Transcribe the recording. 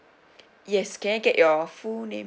yes can I get your full name